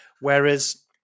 whereas